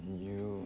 you